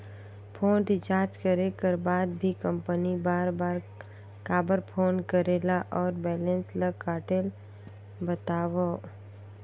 Phone recharge करे कर बाद भी कंपनी बार बार काबर फोन करेला और बैलेंस ल काटेल बतावव?